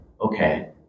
okay